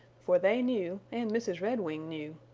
for they knew, and mrs. redwing knew,